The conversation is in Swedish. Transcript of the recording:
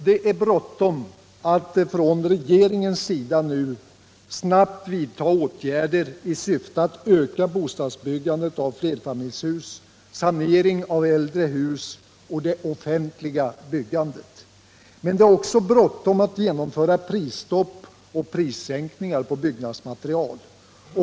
Det är bråttom för regeringen att nu vidta åtgärder i syfte att öka bostadsbyggandet av flerfamiljshus, sanering av äldre hus och det offentliga byggandet. Men det är också bråttom att genomföra prisstopp och prissänkningar på byggnadsmaterial.